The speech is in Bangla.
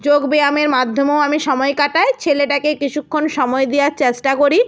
যোগব্যায়ামের মাধ্যমেও আমি সময় কাটাই ছেলেটাকে কিছুক্ষণ সময় দেওয়ার চেষ্টা করি